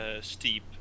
steep